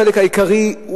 החלק העיקרי,